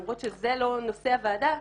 למרות שזה לא נושא הוועדה,